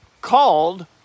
called